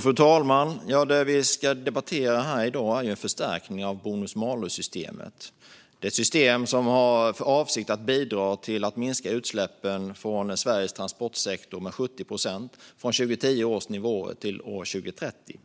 Fru talman! Det vi debatterar här i dag är en förstärkning av bonus malus-systemet. Detta är ett system som har för avsikt att bidra till att minska utsläppen från Sveriges transportsektor med 70 procent från 2010 års nivå till år 2030.